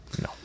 no